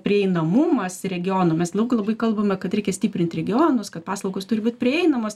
prieinamumas regionų mes daug labai kalbame kad reikia stiprint regionus kad paslaugos turi būt prieinamos